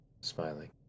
smiling